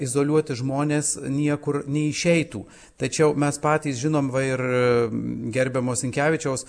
izoliuoti žmonės niekur neišeitų tačiau mes patys žinom ir gerbiamo sinkevičiaus